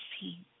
see